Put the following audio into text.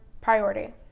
priority